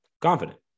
confident